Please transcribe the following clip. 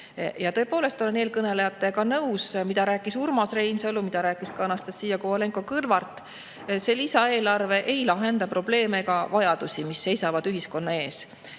väited. Tõepoolest olen eelkõnelejatega nõus, sellega, mida rääkis Urmas Reinsalu, mida rääkis ka Anastassia Kovalenko-Kõlvart. See lisaeelarve ei lahenda probleeme ega vajadusi, mis seisavad ühiskonna ees.